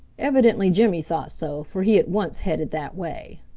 evidently jimmy thought so, for he at once headed that way.